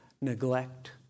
neglect